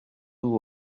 vous